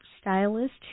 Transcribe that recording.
stylist